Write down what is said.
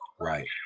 Right